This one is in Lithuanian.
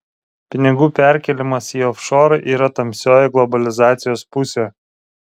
pinigų perkėlimas į ofšorą yra tamsioji globalizacijos pusė